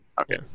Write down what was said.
Okay